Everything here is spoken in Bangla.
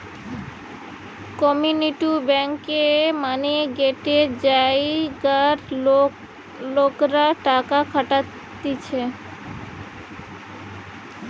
কমিউনিটি ব্যাঙ্ক মানে গটে জায়গার লোকরা টাকা খাটতিছে